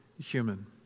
human